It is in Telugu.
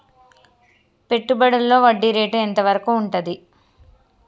పెట్టుబడులలో వడ్డీ రేటు ఎంత వరకు ఉంటది?